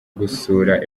gusura